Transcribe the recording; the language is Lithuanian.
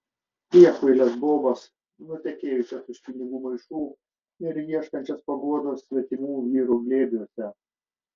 priekvailes bobas nutekėjusias už pinigų maišų ir ieškančias paguodos svetimų vyrų glėbiuose